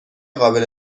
قابل